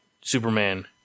Superman